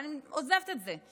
אבל אני עוזבת את זה,